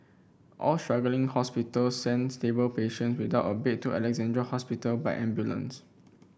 all struggling hospital send stable patient without a bed to Alexandra Hospital by ambulance